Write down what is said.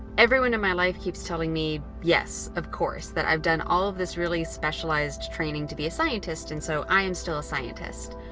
everyone in my life keeps telling me, yes, of course, that i've done all of this really specialized training to be a scientist. and so i am still a scientist.